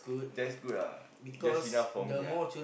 that's good ah that's enough for me ah